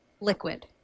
liquid